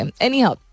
Anyhow